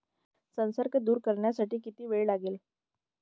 संसर्ग दूर करण्यासाठी किती वेळ लागेल?